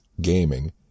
gaming